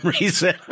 reason